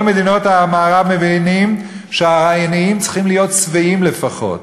כל מדינות המערב מבינות שהעניים צריכים להיות שבעים לפחות.